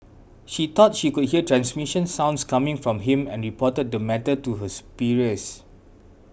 she thought she could hear transmission sounds coming from him and reported the matter to her superiors